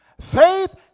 faith